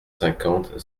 cinquante